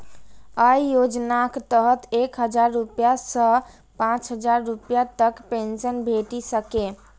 अय योजनाक तहत एक हजार रुपैया सं पांच हजार रुपैया तक पेंशन भेटि सकैए